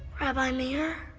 rabbi meir?